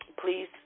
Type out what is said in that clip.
Please